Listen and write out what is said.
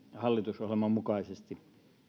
hallitusohjelman mukaisesti